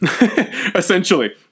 essentially